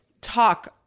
talk